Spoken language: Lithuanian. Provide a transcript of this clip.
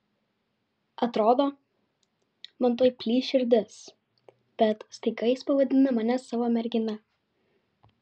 atrodo man tuoj plyš širdis bet staiga jis pavadina mane savo mergina